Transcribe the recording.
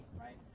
right